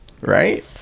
right